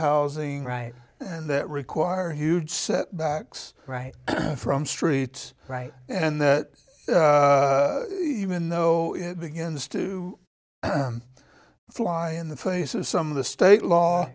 housing right and that require huge set backs right from streets right and that even though it begins to fly in the face of some of the state law